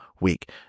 week